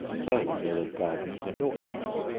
further, there were gardens and orchards.